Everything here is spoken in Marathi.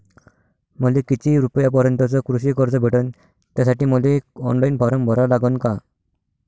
मले किती रूपयापर्यंतचं कृषी कर्ज भेटन, त्यासाठी मले ऑनलाईन फारम भरा लागन का?